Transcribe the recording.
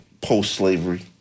post-slavery